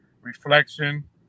reflection